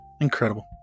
Incredible